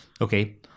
Okay